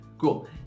Cool